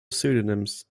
pseudonyms